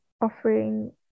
offering